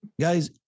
Guys